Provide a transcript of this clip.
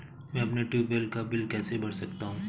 मैं अपने ट्यूबवेल का बिल कैसे भर सकता हूँ?